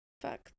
fuck